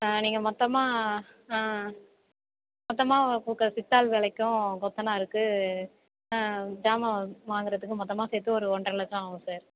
நீங்கள் மொத்தமாக மொத்தமாக கொடுக்குற சித்தாள் வேலைக்கும் கொத்தனாருக்கு ஜாமா வாங்கறதுக்கு மொத்தமாக சேர்த்து ஒரு ஒன்றைலட்சம் ஆவும் சார்